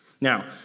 Now